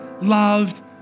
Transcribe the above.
loved